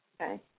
Okay